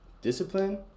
Discipline